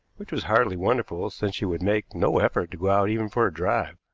which was hardly wonderful, since she would make no effort to go out even for a drive.